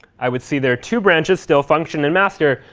i would see there are two branches still, function and master,